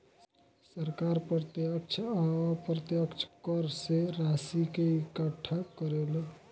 सरकार प्रत्यक्ष आ अप्रत्यक्ष कर से राशि के इकट्ठा करेले